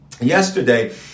Yesterday